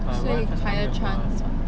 所以 with higher chance [what]